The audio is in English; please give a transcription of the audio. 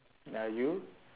ya you